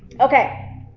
okay